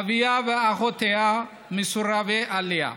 אביה ואחיותיה מסורבי עלייה.